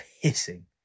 hissing